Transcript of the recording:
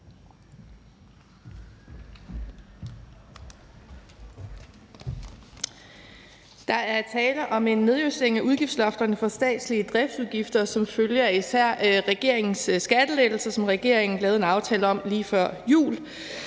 Der er tale om en nedjustering af udgiftslofterne for statslige driftsudgifter som følge af især regeringens skattelettelser, som regeringen lavede en aftale om lige før jul.